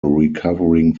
recovering